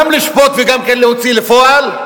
גם לשפוט וגם להוציא לפועל,